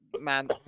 man